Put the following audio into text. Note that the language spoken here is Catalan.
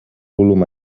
volum